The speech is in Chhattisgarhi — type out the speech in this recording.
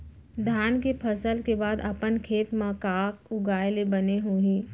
धान के फसल के बाद अपन खेत मा का उगाए ले बने होही?